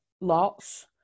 lots